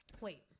wait